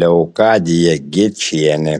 leokadija gečienė